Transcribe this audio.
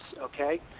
okay